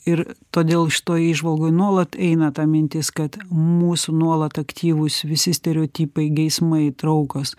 ir todėl iš to įžvalgoj nuolat eina ta mintis kad mūsų nuolat aktyvūs visi stereotipai geismai traukos